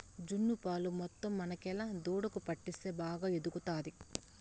జున్ను పాలు మొత్తం మనకేలా దూడకు పట్టిస్తే బాగా ఎదుగుతాది